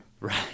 right